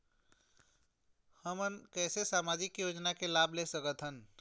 हमन कैसे सामाजिक योजना के लाभ ले सकथन?